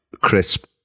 Crisp